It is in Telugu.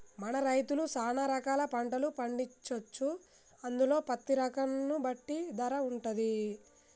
మన రైతులు సాన రకాల పంటలు పండించొచ్చు అందులో పత్తి రకం ను బట్టి ధర వుంటది